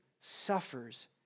suffers